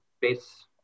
base